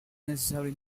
necessary